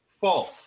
false